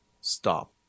stop